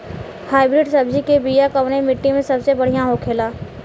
Hybrid सब्जी के बिया कवने मिट्टी में सबसे बढ़ियां होखे ला?